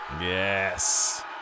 Yes